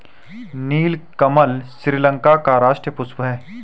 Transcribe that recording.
नीलकमल श्रीलंका का राष्ट्रीय पुष्प है